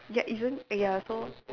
ya isn't ya so